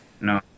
No